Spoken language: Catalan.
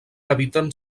habiten